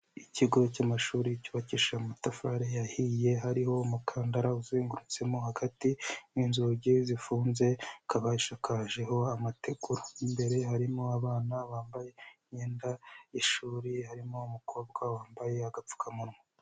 Ikigo cy'amashuri cyubakisha amatafari ahiye hariho umukandara uzengurutsemo hagati, n'inzugi zifunze, ikaba ishakajeho amatekura. Imbere harimo abana bambaye, imyenda y'ishuri harimo umukobwa wambaye agapfukamunwa.